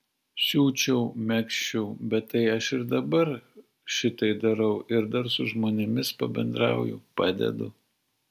siūčiau megzčiau bet tai aš ir dabar šitai darau ir dar su žmonėms pabendrauju padedu